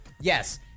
Yes